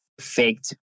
faked